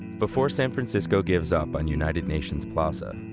before san francisco gives up on united nations plaza,